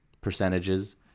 percentages